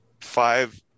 five